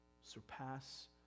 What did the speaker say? surpass